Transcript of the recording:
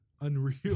Unreal